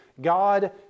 God